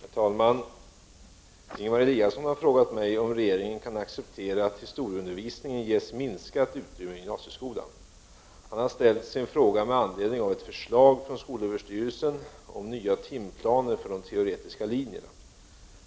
Herr talman! Ingemar Eliasson har frågat mig om regeringen kan acceptera att historieundervisningen ges minskat utrymme i gymnasieskolan. Han har ställt sin fråga med anledning av ett förslag från skolöverstyrelsen om nya timplaner för de teoretiska linjerna.